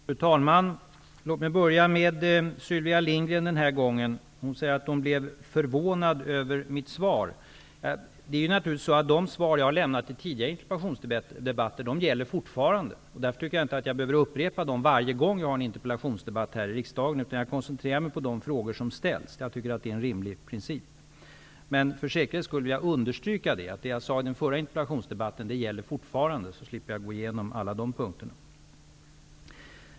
Fru talman! Låt mig börja med Sylvia Lindgren den här gången. Hon säger att hon blev förvånad över mitt svar. De svar jag lämnat i tidigare interpellationsdebatter gäller fortfarande. Därför tycker jag att jag inte behöver upprepa dem vid varje interpellationsdebatt jag har här. Jag koncentrerar mig i stället på de frågor som ställs. Det tycker jag är en rimlig princip. För säkerhets skull vill jag understryka att det jag sade i den förra interpellationsdebatten fortfarande gäller, så slipper jag gå igenom alla de punkterna.